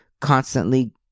constantly